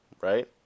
right